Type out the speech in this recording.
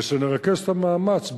וכשנרכז את המאמץ,